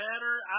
Better